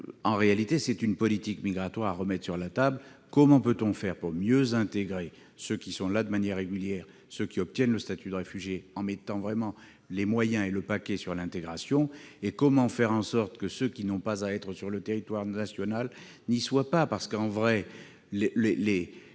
en réalité, que c'est toute la politique migratoire qu'il faut remettre sur la table. Comment faire pour mieux intégrer ceux qui sont en France de manière régulière, ceux qui obtiennent le statut de réfugié, en mettant vraiment les moyens sur l'intégration. Et comment faire pour que ceux qui n'ont pas à être sur le territoire national n'y soient pas ?